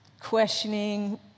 questioning